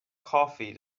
coffee